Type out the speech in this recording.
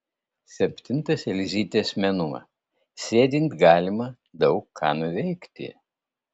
septintas elzytės mėnuo sėdint galima daug ką nuveikti